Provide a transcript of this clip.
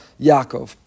Yaakov